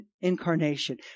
incarnation